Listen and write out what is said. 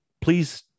please